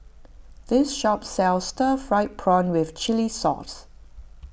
this shop sells Stir Fried Prawn with Chili Sauce